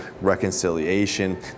reconciliation